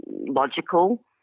logical